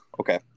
Okay